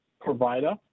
provider